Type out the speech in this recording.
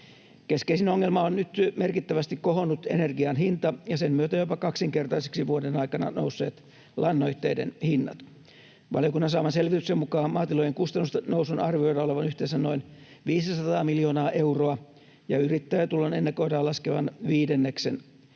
Keskeisin ongelma on nyt merkittävästi kohonnut energian hinta ja sen myötä jopa kaksinkertaisiksi vuoden aikana nousseet lannoitteiden hinnat. Valiokunnan saaman selvityksen mukaan maatilojen kustannusten nousun arvioidaan olevan yhteensä noin 500 miljoonaa euroa ja yrittäjätulon ennakoidaan laskevan viidenneksen